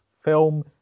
film